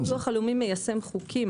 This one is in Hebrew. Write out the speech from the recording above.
ביטוח לאומי מיישם חוקים.